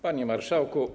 Panie Marszałku!